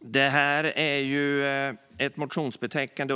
Detta är ett motionsbetänkande.